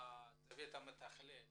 הצוות המתכלל